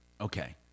Okay